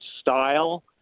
style